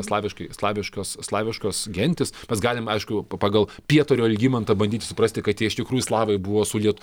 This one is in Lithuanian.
slaviškai slaviškos slaviškos gentys mes galim aišku pa pagal pietario algimantą bandyti suprasti kad tie iš tikrųjų slavai buvo suliet